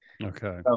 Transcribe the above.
Okay